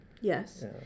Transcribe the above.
Yes